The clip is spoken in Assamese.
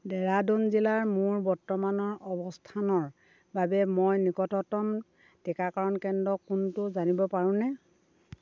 ডেৰাডুন জিলাৰ মোৰ বৰ্তমানৰ অৱস্থানৰ বাবে মই নিকটতম টিকাকৰণ কেন্দ্ৰ কোনটো জানিব পাৰোঁনে